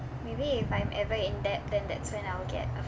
maybe if I'm ever in debt then that's when I will get a